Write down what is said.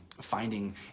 finding